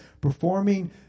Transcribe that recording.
performing